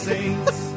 Saints